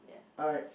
alright